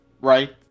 right